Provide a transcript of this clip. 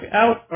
out